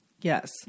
Yes